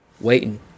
Waiting